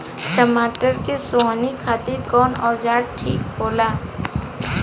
टमाटर के सोहनी खातिर कौन औजार ठीक होला?